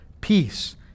peace